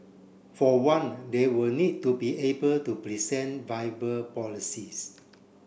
for one they will need to be able to present viable policies